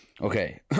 Okay